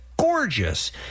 Gorgeous